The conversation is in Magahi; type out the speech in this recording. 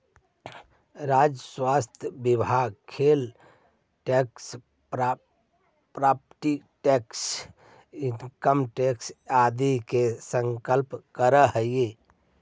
राजस्व विभाग sale tax property tax income tax आदि के संकलन करऽ हई